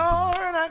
Lord